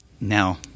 Now